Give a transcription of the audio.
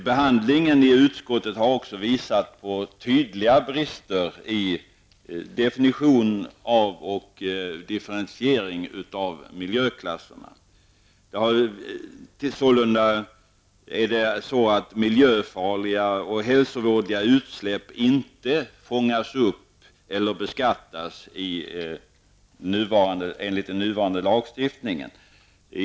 Behandlingen i utskottet har också visat på tydliga brister när det gäller definition och differentiering av miljöklasser. Miljöfarliga och hälsovådliga utsläpp fångas inte upp eller beskattas enligt den nuvarande lagstiftningen.